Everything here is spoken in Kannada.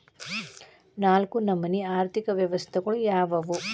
ನಾಲ್ಕು ನಮನಿ ಆರ್ಥಿಕ ವ್ಯವಸ್ಥೆಗಳು ಯಾವ್ಯಾವು?